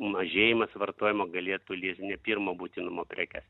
mažėjimas vartojimo galėtų liest ne pirmo būtinumo prekes